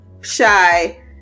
Shy